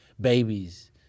Babies